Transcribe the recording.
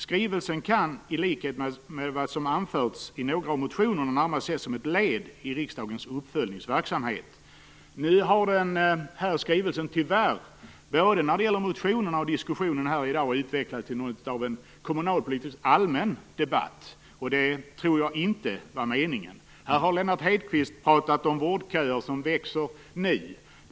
Skrivelsen kan, i likhet med vad som har anförts i några av motionerna, bl.a. ses som ett led i riksdagens uppföljningsverksamhet. Nu har skivelsen tyvärr, både när det gäller motionerna och diskussionerna här i dag, utvecklats till något av en kommunalpolitisk allmän debatt. Det tror jag inte var meningen. Här har Lennart Hedquist talat om vårdköer som växer nu.